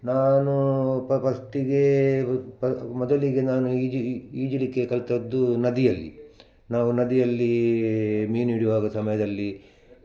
ನಾನು ಪ ಪಸ್ಟಿಗೇ ಪ ಮೊದಲಿಗೆ ನಾನು ಈಜಿ ಈಜಲಿಕ್ಕೆ ಕಲ್ತದ್ದು ನದಿಯಲ್ಲಿ ನಾವು ನದಿಯಲ್ಲಿ ಮೀನು ಹಿಡಿಯುವಾಗ ಸಮಯದಲ್ಲಿ